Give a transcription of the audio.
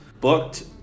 Booked